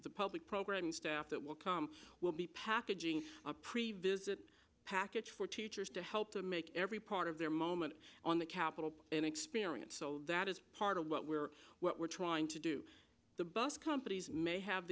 the public programs staff that will come will be packaging previews that package for teachers to help them make every part of their moment on the capital an experience so that as part of what we're what we're trying to do the bus companies may have